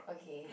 okay